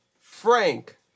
Frank